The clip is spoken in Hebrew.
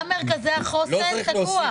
גם מרכזי החוסן, תקוע.